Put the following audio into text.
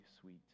sweet